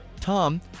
Tom